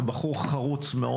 אתה בחור חרוץ מאוד,